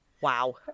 Wow